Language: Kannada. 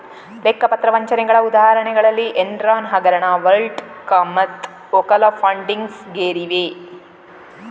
ಲೆಕ್ಕ ಪತ್ರ ವಂಚನೆಗಳ ಉದಾಹರಣೆಗಳಲ್ಲಿ ಎನ್ರಾನ್ ಹಗರಣ, ವರ್ಲ್ಡ್ ಕಾಮ್ಮತ್ತು ಓಕಾಲಾ ಫಂಡಿಂಗ್ಸ್ ಗೇರಿವೆ